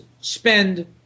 spend